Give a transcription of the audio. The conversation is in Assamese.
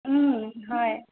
উম হয়